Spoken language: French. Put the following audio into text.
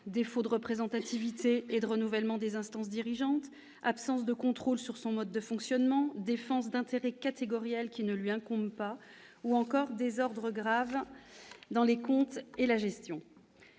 défaut de représentativité et de renouvellement des instances dirigeantes, absence de contrôle sur son mode de fonctionnement, défense d'intérêts catégoriels qui ne lui incombe pas, ou encore désordres graves dans les comptes et la gestion.